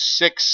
six